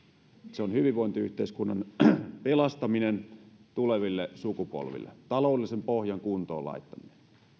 se on hyvinvointiyhteiskunnan pelastaminen tuleville sukupolville taloudellisen pohjan kuntoon laittaminen